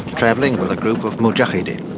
travelling with a group of mujahadeen,